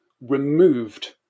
removed